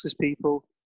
people